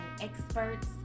experts